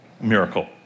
miracle